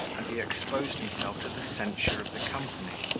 and he exposed himself to the censure of the company.